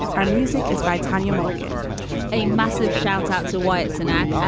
our music is by tanya morgan a massive shout out to why it's an act.